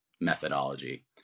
methodology